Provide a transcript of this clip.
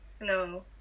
No